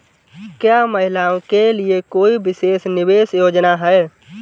क्या महिलाओं के लिए कोई विशेष निवेश योजना है?